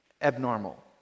abnormal